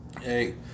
hey